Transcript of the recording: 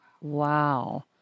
Wow